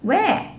where